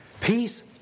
Peace